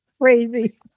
Crazy